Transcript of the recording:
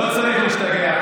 לא צריך להשתגע.